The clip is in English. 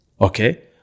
okay